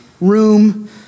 room